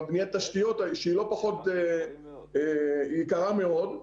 בניית התשתיות שהיא יקרה מאוד.